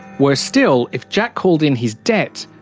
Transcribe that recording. worse still, if jack called in his debt,